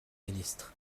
ministre